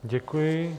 Děkuji.